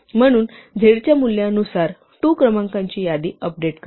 म्हणून z च्या मूल्यानुसार 2 क्रमांकाची यादी अपडेट करा